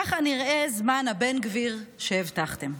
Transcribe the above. ככה נראה "זמן הבן גביר" שהבטחתם.